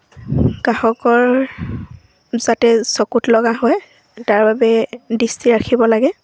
গ্ৰাহকৰ যাতে চকুত লগা হয় তাৰ বাবে দৃষ্টি ৰাখিব লাগে